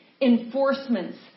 enforcements